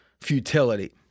futility